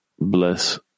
bless